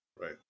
Right